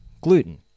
Gluten